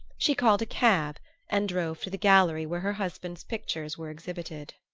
she called a cab and drove to the gallery where her husband's pictures were exhibited.